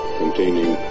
containing